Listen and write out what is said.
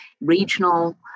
regional